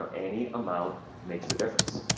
um any amount makes the difference.